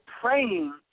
praying